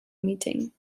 meeting